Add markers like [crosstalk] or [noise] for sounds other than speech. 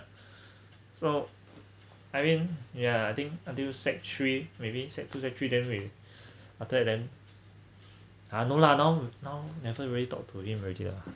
[breath] so I mean yeah I think until set three maybe set two set three then we [breath] after and then ha no lah now now never really talk to him already lah